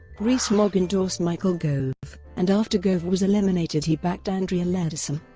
rees-mogg endorsed michael gove, and after gove was eliminated he backed andrea leadsom.